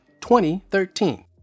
2013